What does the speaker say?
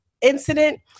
incident